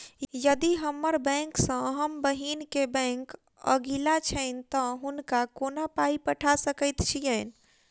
यदि हम्मर बैंक सँ हम बहिन केँ बैंक अगिला छैन तऽ हुनका कोना पाई पठा सकैत छीयैन?